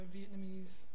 Vietnamese